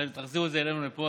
תחזירו את זה אלינו לפה,